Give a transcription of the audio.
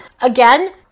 again